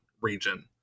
region